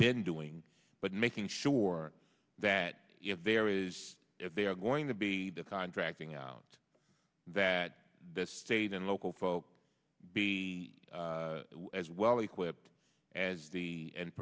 been doing but making sure that if there is if they are going to be contracting out that this state and local folks be as well equipped as the